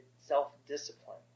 self-discipline